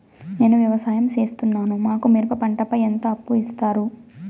నేను వ్యవసాయం సేస్తున్నాను, మాకు మిరప పంటపై ఎంత అప్పు ఇస్తారు